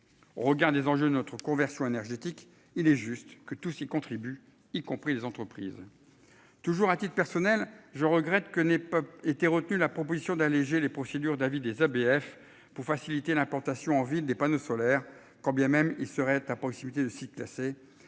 Au regard des enjeux notre conversion énergétique, il est juste que tout s'qui contribue, y compris les entreprises. Toujours à titre personnel, je regrette que n'ait pas été retenu la proposition d'alléger les procédures d'avis des ABF pour faciliter l'implantation en ville des panneaux solaires, quand bien même il serait à proximité de sites classés